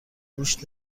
گوشت